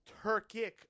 Turkic